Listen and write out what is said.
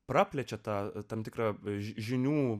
praplečia tą tam tikrą žinių